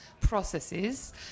processes